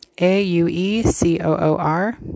A-U-E-C-O-O-R